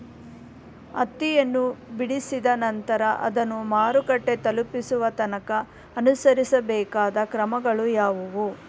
ಹತ್ತಿಯನ್ನು ಬಿಡಿಸಿದ ನಂತರ ಅದನ್ನು ಮಾರುಕಟ್ಟೆ ತಲುಪಿಸುವ ತನಕ ಅನುಸರಿಸಬೇಕಾದ ಕ್ರಮಗಳು ಯಾವುವು?